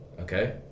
okay